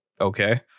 okay